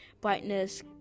brightness